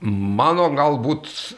mano galbūt